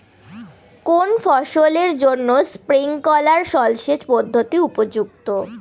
কোন ফসলের জন্য স্প্রিংকলার জলসেচ পদ্ধতি উপযুক্ত?